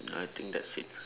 ya I think that's it